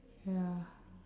ya